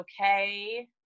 okay